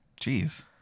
Jeez